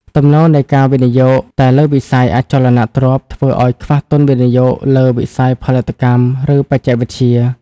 ទំនោរនៃការវិនិយោគតែលើវិស័យ "អចលនទ្រព្យ" ធ្វើឱ្យខ្វះទុនវិនិយោគលើវិស័យផលិតកម្ម ឬបច្ចេកវិទ្យា។